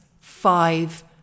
five